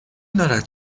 دارد